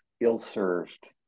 ill-served